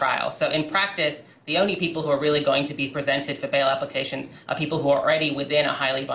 trial so in practice the only people who are really going to be presented for bail applications are people who are already within a highly